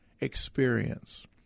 experience